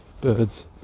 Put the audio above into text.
birds